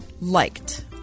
liked